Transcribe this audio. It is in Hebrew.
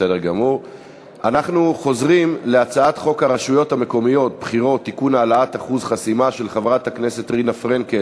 אנחנו נוסיף גם את חברת הכנסת קארין אלהרר כתומכת בהצעה.